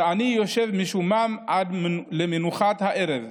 ואני ישב משומם עד למנחת הערב.